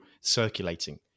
circulating